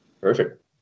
Perfect